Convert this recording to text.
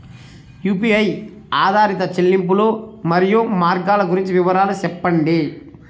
UPI ఆధారిత చెల్లింపులు, మరియు మార్గాలు గురించి వివరాలు సెప్పండి?